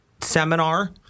seminar